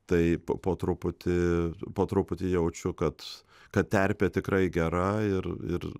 taip po truputį po truputį jaučiu kad kad terpė tikrai gera ir